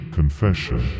confession